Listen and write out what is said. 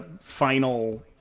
final